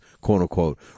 quote-unquote